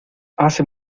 hace